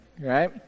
right